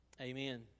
Amen